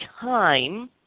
time